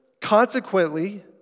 Consequently